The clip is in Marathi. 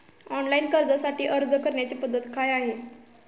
ऑनलाइन कर्जासाठी अर्ज करण्याची पद्धत काय आहे?